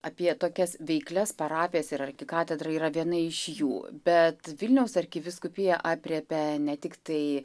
apie tokias veiklias parapijas ir arkikatedra yra viena iš jų bet vilniaus arkivyskupija aprėpia ne tiktai